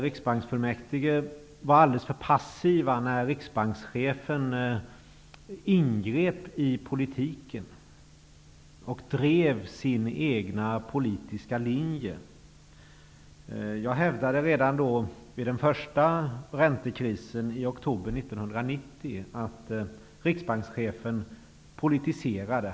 Riksbanksfullmäktige var alldeles för passivt när riksbankschefen ingrep i politiken och drev sin egna politiska linje. Jag hävdade redan vid den första räntekrisen i oktober 1990 att riksbankschefen politiserade.